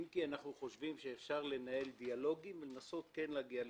אם כי אנחנו חושבים שאפשר לנהל דיאלוג ולנסות כן להגיע לפתרון.